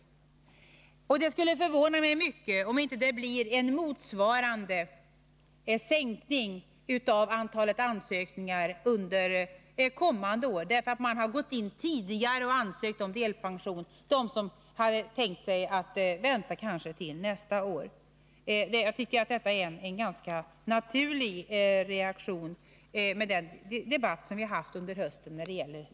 Det skulle förvåna mig mycket, om det inte blir en motsvarande sänkning av antalet ansökningar under det kommande året. De som kanske hade tänkt sig att vänta till nästa år har nämligen gått in tidigare och ansökt om delpension. Jag tycker således att det är en ganska naturlig reaktion efter den debatt som vi har haft under hösten.